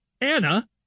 Anna